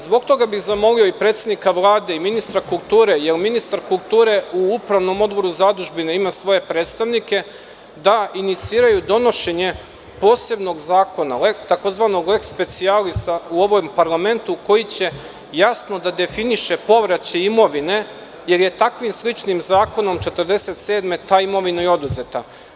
Zbog toga bih zamolio i predsednika Vlade i ministra kulture, jer ministar kulture u upravnom odboru zadužbine ima svoje predstavnike, da iniciraju donošenje posebnog zakona, tzv. leks specijalisa u ovom parlamentu koji će jasno da definiše povraćaj imovine, jer je takvim sličnim zakonom 1947. godine ta imovina i oduzeta.